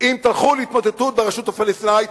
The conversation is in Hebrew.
אם תחול התמוטטות ברשות הפלסטינית,